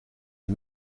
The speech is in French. les